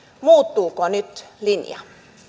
muuttuuko nyt linja